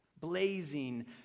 blazing